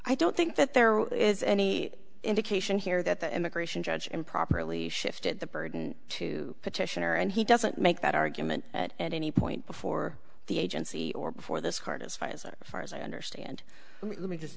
i don't think that there is any indication here that the immigration judge improperly shifted the burden to petitioner and he doesn't make that argument at any point before the agency or before this card as far as far as i understand let me just